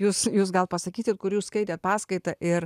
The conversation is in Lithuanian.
jūs jūs gal pasakykit kur jūs skaitėt paskaitą ir